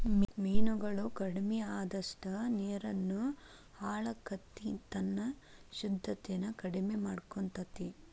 ಮೇನುಗಳು ಕಡಮಿ ಅಅದಷ್ಟ ನೇರುನು ಹಾಳಕ್ಕತಿ ತನ್ನ ಶುದ್ದತೆನ ಕಡಮಿ ಮಾಡಕೊತತಿ